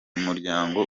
muryango